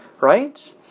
right